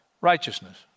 Righteousness